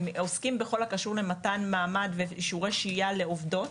עוסקים בכל הקשור למתן מעמד ואישורי שהייה לעובדות.